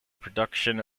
production